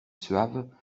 suave